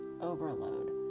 overload